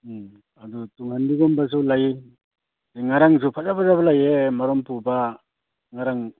ꯎꯝ ꯑꯗꯣ ꯇꯨꯡꯍꯟꯕꯤꯒꯨꯝꯕꯁꯨ ꯂꯩ ꯑꯗꯩ ꯉꯥꯔꯪꯁꯨ ꯐꯖ ꯐꯖꯕ ꯂꯩꯌꯦ ꯃꯔꯨꯝ ꯄꯨꯕ ꯉꯥꯔꯪ